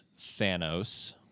Thanos